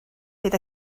bod